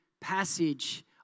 passage